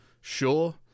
sure